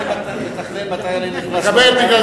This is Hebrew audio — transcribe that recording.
אם אתה מתכנן מתי אני נכנס למליאה,